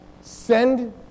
Send